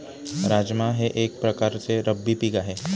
राजमा हे एक प्रकारचे रब्बी पीक आहे